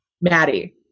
Maddie